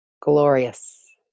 glorious